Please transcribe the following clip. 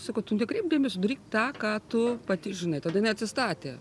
sakau tu tikrai gali sudaryk tą ką tu pati žinai tada jinai atsistatė